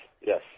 yes